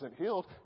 healed